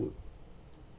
would